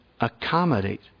accommodate